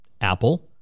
Apple